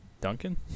Duncan